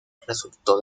resultó